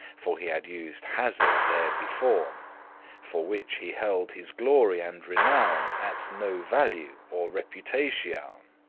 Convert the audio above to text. for he had used hazard therebeforn for which he held his glory and renown at no value or reputatioun.